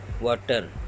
water